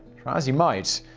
try as you might,